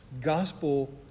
Gospel